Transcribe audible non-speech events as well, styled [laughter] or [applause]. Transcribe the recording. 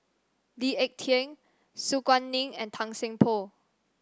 Lee Ek Tieng Su Guaning and Tan Seng [noise] Poh